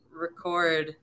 record